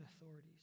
authorities